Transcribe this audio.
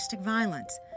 violence